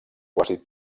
quasi